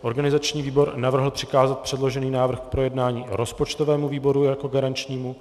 Organizační výbor navrhl přikázat předložený návrh k projednání rozpočtovému výboru jako garančnímu.